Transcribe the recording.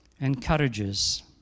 encourages